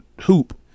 hoop